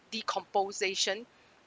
decomposition